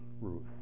Ruth